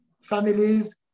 families